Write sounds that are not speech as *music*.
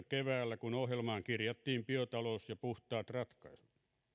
*unintelligible* keväällä kaksituhattaviisitoista kun ohjelmaan kirjattiin biotalous ja puhtaat ratkaisut